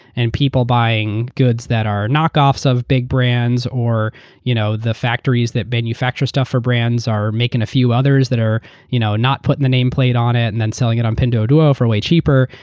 and people buying goods that are knock-offs of big brands. or you know the factories that manufacture stuff for brands are making a few others that are you know not putting the nameplate on it and then selling on pinduoduo for way cheaper.